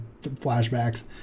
flashbacks